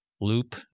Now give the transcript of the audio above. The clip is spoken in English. loop